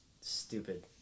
stupid